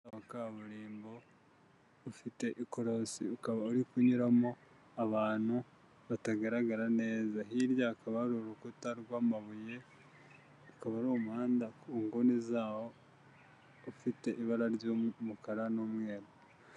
Umuhanda wa kaburimbo ufite ikorosi, ukaba uri kunyuramo abantu batagaragara neza, hirya hakaba hari urukuta rw'amabuye, akaba ari umuhanda ku nguni zawo ufite ibara ry'umukara n'umweru.